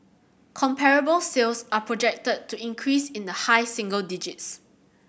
comparable sales are projected to increase in the high single digits